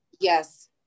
yes